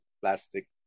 Plastic